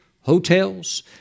hotels